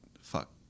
Fuck